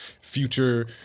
Future